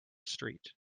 street